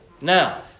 Now